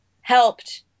helped